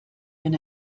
wenn